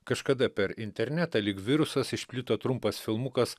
kažkada per internetą lyg virusas išplito trumpas filmukas